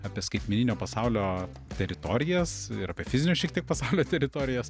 apie skaitmeninio pasaulio teritorijas apie fizinio šiek tiek pasaulio teritorijas